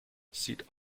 sieht